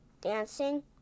dancing